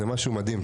זה משהו מדהים.